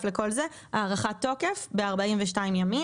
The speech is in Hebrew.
התוקף ב-42 ימים.